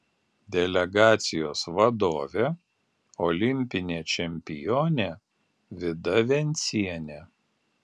delegacijos vadovė olimpinė čempionė vida vencienė